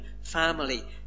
family